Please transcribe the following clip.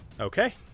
Okay